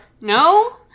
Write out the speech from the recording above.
No